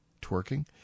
twerking